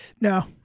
No